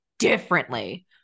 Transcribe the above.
differently